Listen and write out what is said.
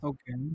Okay